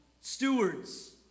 stewards